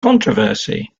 controversy